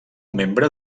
membre